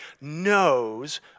knows